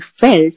felt